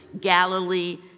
Galilee